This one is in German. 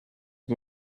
die